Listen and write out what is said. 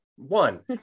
one